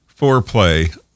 Foreplay